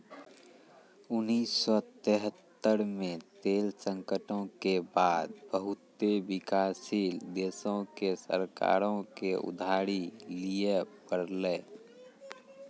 उन्नीस सौ तेहत्तर मे तेल संकटो के बाद बहुते विकासशील देशो के सरकारो के उधारी लिये पड़लै